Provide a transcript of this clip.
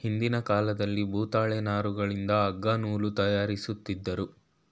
ಹಿಂದಿನ ಕಾಲದಲ್ಲಿ ಭೂತಾಳೆ ನಾರುಗಳಿಂದ ಅಗ್ಗ ನೂಲು ತಯಾರಿಸುತ್ತಿದ್ದರು